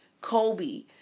Kobe